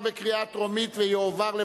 התשע"א 2011,